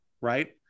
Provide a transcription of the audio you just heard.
Right